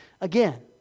Again